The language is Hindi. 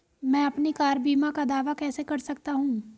मैं अपनी कार बीमा का दावा कैसे कर सकता हूं?